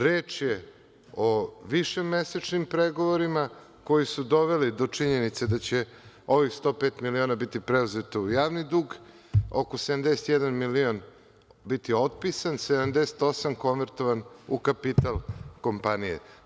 Reč je o više mesečnim pregovorima koji su doveli do činjenice da će ovih 105 miliona biti preuzeto u javni dug, oko 71 milion biti otpisan, 78 konvertovan u kapital kompanije.